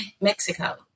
Mexico